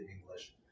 English